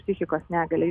psichikos negalia